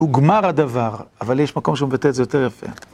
הוא גמר הדבר, אבל יש מקום שהוא מבטא את זה יותר יפה.